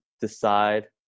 decide